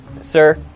Sir